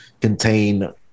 contain